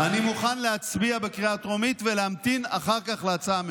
אני מוכן להצביע בקריאה טרומית ולהמתין אחר כך להצעה הממשלתית.